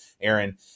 Aaron